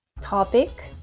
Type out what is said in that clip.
topic